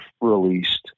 released